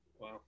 Wow